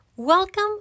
Welcome